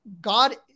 God